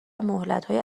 مهلتهای